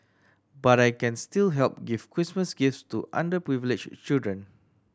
but I can still help give Christmas gifts to underprivileged children